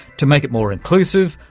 to make it more inclusive,